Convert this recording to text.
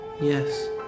Yes